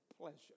pleasure